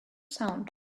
sound